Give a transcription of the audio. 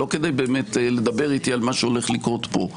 לא באמת כדי לדבר איתי על מה שהולך לקרות פה,